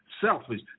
selfish